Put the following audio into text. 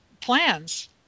plans